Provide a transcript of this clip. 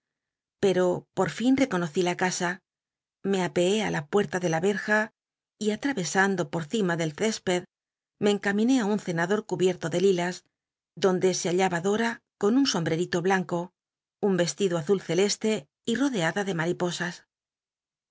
pero por fin reconocí la casa me apeé i la puerta de la y erja y atray esando por cima del cesped me encaminé i un cenador cubierto de lilas donde se bailaba dora con uu sombrerito blanco un y c stido azul celeste y rodeada de mariposas